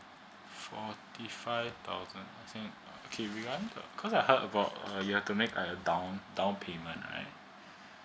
forty five thousand uh okay regarding the cause I heard about uh you have to make a down down payment right